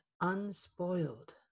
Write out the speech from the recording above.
unspoiled